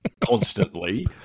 constantly